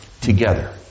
together